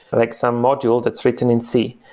but like some module that's written in c.